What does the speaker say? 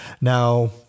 now